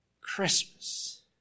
Christmas